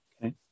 Okay